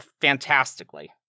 fantastically